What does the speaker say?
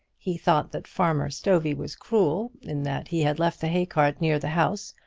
he thought that farmer stovey was cruel in that he had left the hay-cart near the house,